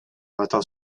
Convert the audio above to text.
matin